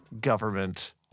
government